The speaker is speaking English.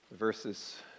Verses